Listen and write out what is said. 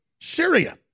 Syria